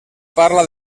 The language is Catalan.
parla